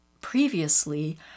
previously